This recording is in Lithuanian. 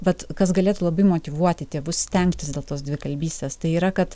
vat kas galėtų labai motyvuoti tėvus stengtis dėl tos dvikalbystės tai yra kad